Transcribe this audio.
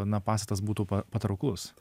na pastatas būtų pa patrauklus